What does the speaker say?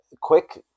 quick